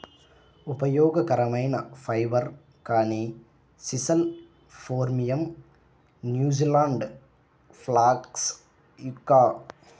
ఉపయోగకరమైన ఫైబర్, కానీ sisal phormium, New Zealand flax yucca